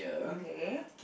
okay